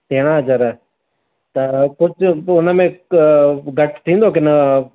तेरहां हज़ार त कुझु हुन में घटि थींदो की न